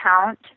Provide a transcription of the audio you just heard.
account